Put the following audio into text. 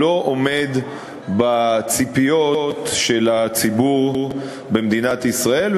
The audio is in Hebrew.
לא עומד בציפיות של הציבור במדינת ישראל.